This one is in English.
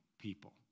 people